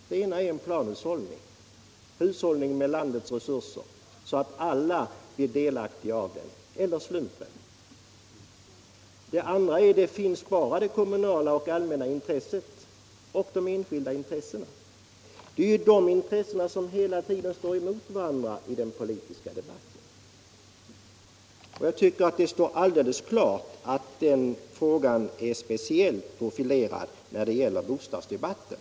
Antingen kan man välja mellan en plan hushållning — hushållning med landets resurser så att alla blir delaktiga av dem — och slumpen. Eller också kan man välja mellan de kommunala och allmänna intressena, å ena sidan, och de enskilda intressena, å andra sidan. Det är de intressena som hela tiden står emot varandra i den politiska debatten. Den profilen är speciellt tydlig när det gäller bostadsdebatten.